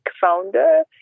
founder